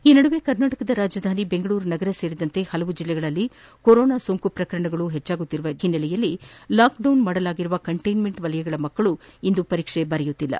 ಈ ನಡುವೆ ಕರ್ನಾಟಕದ ರಾಜಧಾನಿ ಬೆಂಗಳೂರು ನಗರ ಸೇರಿದಂತೆ ಹಲವು ಜಿಲ್ಲೆಗಳಲ್ಲಿ ಕೊರೋನಾ ಸೋಂಕು ಪ್ರಕರಣಗಳು ಹೆಚ್ಚಾಗುತ್ತಿರುವ ಹಿನ್ನೆಲೆಯಲ್ಲಿ ಲಾಕ್ಡೌನ್ ಮಾಡಲಾಗಿರುವ ಕಂಟೈನ್ಮೆಂಟ್ ವಲಯಗಳ ಮಕ್ಕಳು ಇಂದು ಪರೀಕ್ಷೆ ಬರೆಯುತ್ತಿಲ್ಲ